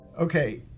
Okay